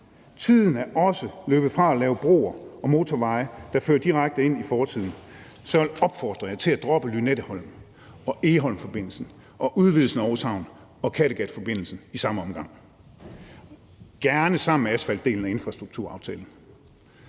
Tiden er også løbet fra at lave broer og motorveje, der fører direkte ind i fortiden. Så jeg vil opfordre jer til at droppe Lynetteholm og Egholmforbindelsen og udvidelsen af Aarhus Havn og Kattegatforbindelsen i samme omgang – gerne sammen med asfaltdelen af infrastrukturaftalen.